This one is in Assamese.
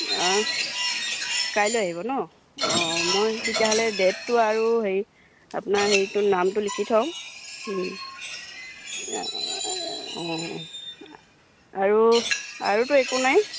অঁ কাইলৈ আহিব নহ্ অঁ মই তেতিয়াহ'লে ডেটটো আৰু হেৰি আপোনাৰ হেৰিটো নামটো লিখি থওঁ অঁ আৰু আৰুতো একো নাই